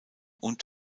und